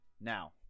Now